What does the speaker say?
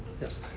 Yes